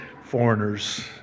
foreigners